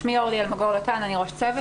אני ראש צוות.